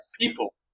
people